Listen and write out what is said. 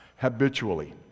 habitually